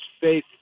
faith